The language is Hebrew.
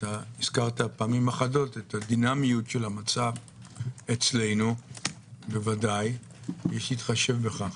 הזכרת פעמים אחדות את הדינמיות של המצב אצלנו ובוודאי יש להתחשב בכך.